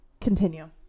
Continue